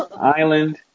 island